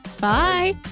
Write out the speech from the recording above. Bye